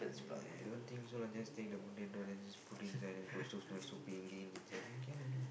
mm I don't think so lah just take the potato then just put inside then put soup soup soup ingredient inside then can already lah